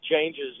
changes